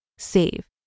save